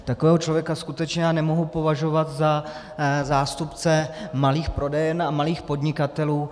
Takového člověka skutečně nemohu považovat za zástupce malých prodejen a malých podnikatelů.